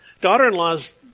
daughter-in-law's